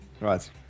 Right